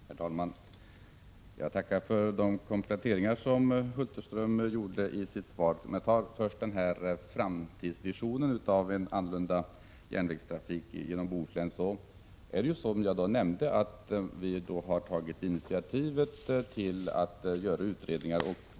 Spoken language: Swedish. Herr talman! Jag tackar för de kompletteringar som Sven Hulterström gjorde. För att börja med framtidsvisionen av en annorlunda järnvägstrafik genom Bohuslän, är det som jag nämnde så att vi har tagit initiativet till en utredning.